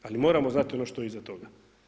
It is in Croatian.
Ali moramo znati ono što je iza toga.